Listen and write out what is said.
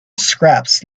scraps